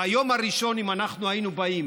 ביום הראשון, אם אנחנו היינו באים